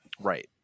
Right